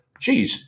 Jeez